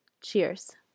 Cheers